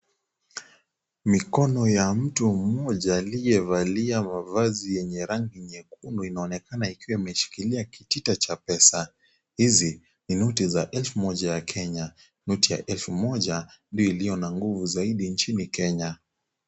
Mikono ya mtu mmoja aliyevalia mavazi yenye rangi nyekundu inaonekana ikiwa imeshikilia kitita cha pesa. Hizi ni noti za elfu moja ya Kenya, noti ya elfu moja ndio iliyo na nguvu zaidi nchini Kenya.